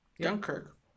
Dunkirk